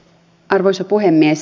arvoisa puhemies